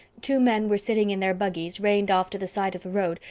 two men were sitting in their buggies, reined off to the side of the road,